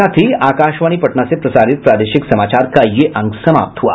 इसके साथ ही आकाशवाणी पटना से प्रसारित प्रादेशिक समाचार का ये अंक समाप्त हुआ